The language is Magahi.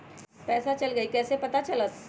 पैसा चल गयी कैसे पता चलत?